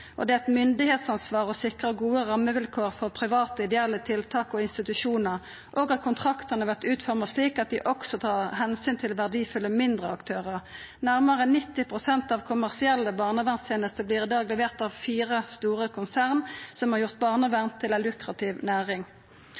oppvekst. Det er eit myndigheitsansvar å sikra gode rammevilkår for private ideelle tiltak og institusjonar, og at kontraktane vert utforma slik at dei også tar omsyn til verdifulle mindre aktørar. Nærmare 90 pst. av kommersielle barnevernstenester vert i dag levert av fire store konsern som har gjort barnevern til ei lukrativ næring.